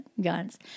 guns